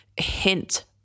hint